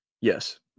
Yes